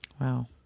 Wow